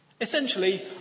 Essentially